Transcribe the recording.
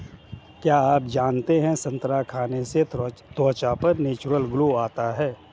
क्या आप जानते है संतरा खाने से त्वचा पर नेचुरल ग्लो आता है?